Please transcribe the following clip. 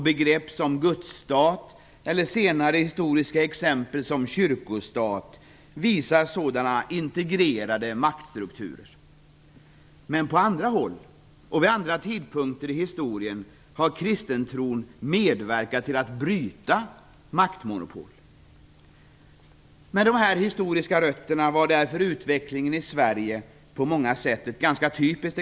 Begrepp som gudsstat, eller kyrkostat för att ta ett senare historiskt exempel, visar på sådana integrerade maktstrukturer. På andra håll och vid andra tidpunkter i historien har dock kristentron medverkat till att bryta maktmonopol. Med dessa historiska rötter var utvecklingen i Sverige därför på många sätt ganska typisk.